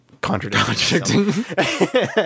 contradicting